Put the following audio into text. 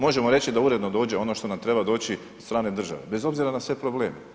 Možemo reći da uredno dođe ono što nam treba doći od strane države bez obzira na sve probleme.